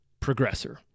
progressor